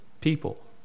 people